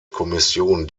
kommission